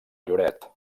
lloret